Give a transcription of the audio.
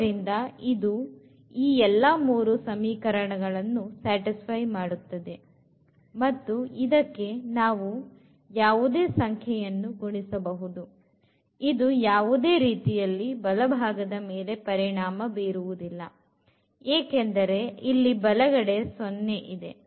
ಆದ್ದರಿಂದ ಇದು ಎಲ್ಲಾ ಮೂರು ಸಮೀಕರಣಗಳನ್ನು satisfy ಮಾಡುತ್ತದೆ ಮತ್ತು ಇದಕ್ಕೆ ನಾವು ಯಾವುದೇ ಸಂಖ್ಯೆಯನ್ನು ಗುಣಿಸಬಹುದು ಇದು ಯಾವುದೇ ರೀತಿಯಲ್ಲಿ ಬಲಭಾಗದ ಮೇಲೆ ಪರಿಣಾಮ ಬೀರುವುದಿಲ್ಲ ಏಕೆಂದರೆ ಇಲ್ಲಿ ಬಲಗಡೆ 0 ಇದೆ